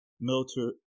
military